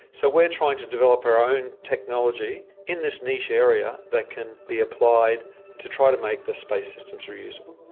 so we are trying to develop our own technology in this this niche area that can be applied to try to make the space systems reusable.